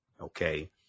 Okay